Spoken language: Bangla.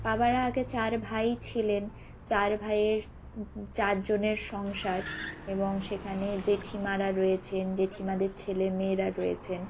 বাবারা আগে চার ভাই ছিলেন চার ভাইয়ের চারজনের সংসার এবং সেখানে জেঠিমারা রয়েছেন জেঠিমাদের ছেলেমেয়েরা রয়েছেন